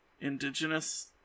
indigenous